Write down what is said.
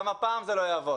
גם הפעם זה לא יעבוד.